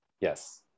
Yes